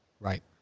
Right